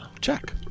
Check